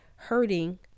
hurting